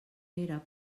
era